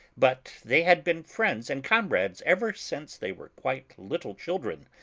but they had been friends and comrades ever since they were quite little children.